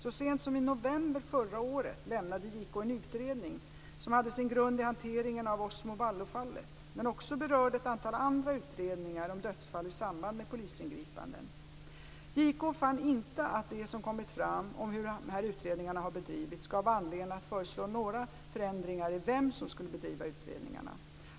Så sent som i november förra året avlämnade JK en utredning som hade sin grund i hanteringen av Osmo Vallo-fallet men också berörde ett antal andra utredningar om dödsfall i samband med polisingripanden. JK fann inte att det som kommit fram om hur dessa utredningar bedrivits gav anledning att föreslå några förändringar när det gäller vem som skulle bedriva utredningarna.